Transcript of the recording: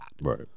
Right